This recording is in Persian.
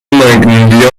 مگنولیا